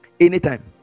Anytime